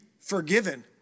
forgiven